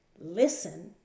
listen